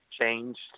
changed